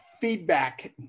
feedback